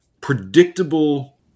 predictable